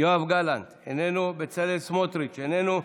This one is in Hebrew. יואב גלנט, איננו, בצלאל סמוטריץ' איננו,